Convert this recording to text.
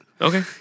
Okay